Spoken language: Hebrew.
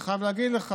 אני בא ואומר שנייה.